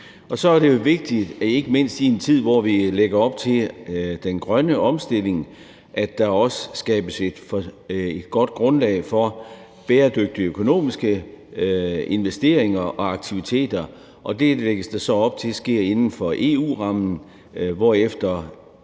Og så er det jo vigtigt, at der ikke mindst i en tid, hvor vi lægger op til den grønne omstilling, også skabes et godt grundlag for bæredygtige økonomiske investeringer og aktiviteter, og det lægges der så op til sker inden for EU-rammen, hvorefter